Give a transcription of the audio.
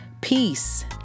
Peace